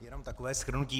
Jenom takové shrnutí.